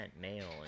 male